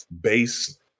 base